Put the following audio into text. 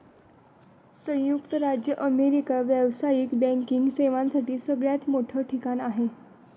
संयुक्त राज्य अमेरिका व्यावसायिक बँकिंग सेवांसाठी सगळ्यात मोठं ठिकाण आहे